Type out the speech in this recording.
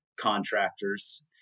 contractors